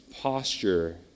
posture